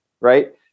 right